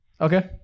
Okay